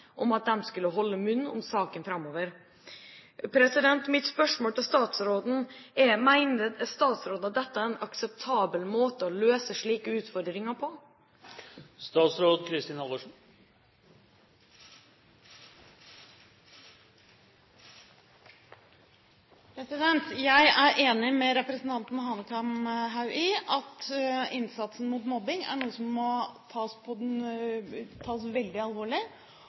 at de skulle holde munn om saken framover. Mitt spørsmål til statsråden er: Mener statsråden at dette er en akseptabel måte å løse slike utfordringer på? Jeg er enig med representanten Hanekamhaug i at innsatsen mot mobbing er noe som må tas